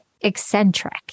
eccentric